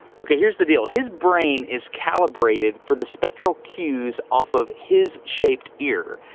okay, here's the deal, his brain is calibrated for the spectral cues off of his shaped ear.